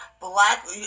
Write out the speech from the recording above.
black